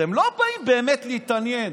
אתם לא באים באמת להתעניין.